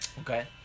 Okay